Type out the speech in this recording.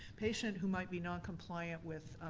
patient who might be noncompliant with